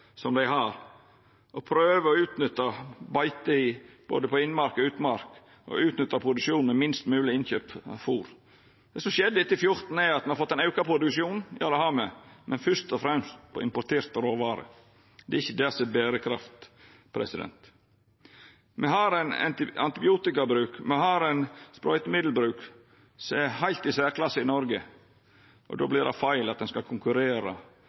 som dei har, og prøver å utnytta beite på både innmark og utmark og utnytta produksjonen med minst mogleg innkjøpt fôr. Det som skjedde etter 2014, er at ein har fått ein auka produksjon – ja, det har me – men fyrst og fremst på importerte råvarer. Det er ikkje det som er berekraft. Me har ein antibiotikabruk og ein sprøytemiddelbruk som er heilt i særklasse i Noreg, og då vert det feil at ein skal konkurrera